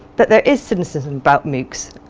that there is cynicism about moocs,